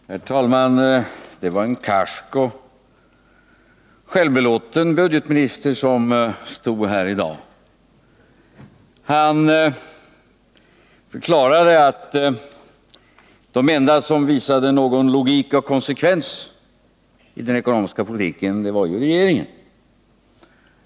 Herr talman! Det var en karsk och självbelåten budgetminister som stod häri dag. Han förklarade att den enda som visat någon logik och konsekvens i den ekonomiska politiken var regeringen.